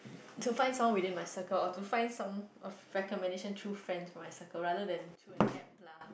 to find someone within my circle or to find some of recommendation through friends for my circle rather than through an app lah